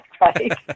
right